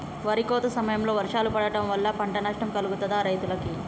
వరి కోత సమయంలో వర్షాలు పడటం వల్ల పంట నష్టం కలుగుతదా రైతులకు?